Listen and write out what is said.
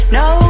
no